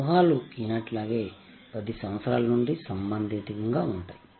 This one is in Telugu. వ్యూహాలు ఈనాటిలాగే 10 సంవత్సరాల నుండి సంబంధితంగా ఉంటాయి